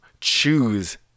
choose